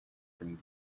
from